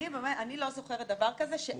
אני לא זוכרת דבר כזה -- מותר לך.